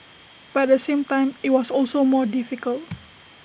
but at the same time IT was also more difficult